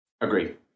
Agree